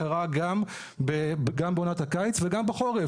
קרה גם בעונת הקיץ וגם בחורף.